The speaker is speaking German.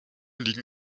liegen